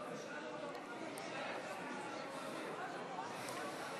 חברי הכנסת, להלן תוצאות